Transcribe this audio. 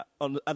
on